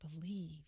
believe